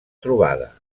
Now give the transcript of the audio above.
trobada